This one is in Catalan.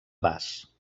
bas